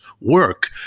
work